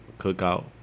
Cookout